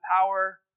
power